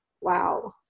wow